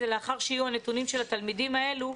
זה לאחר שיהיו הנתונים של התלמידים האלו,